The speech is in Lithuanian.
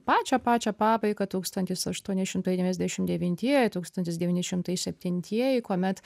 pačią pačią pabaigą tūkstantis aštuoni šimtai devyniasdešim devintie tūkstantis devyni šimtai septintieji kuomet